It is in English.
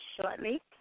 shortly